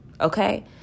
okay